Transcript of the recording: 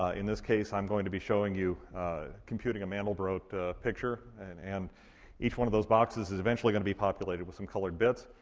ah in this case, i'm going to be showing you computing a mandelbrot picture. and and each one of those boxes is eventually gonna be populated with some colored bits.